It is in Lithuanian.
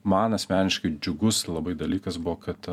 man asmeniškai džiugus labai dalykas buvo kad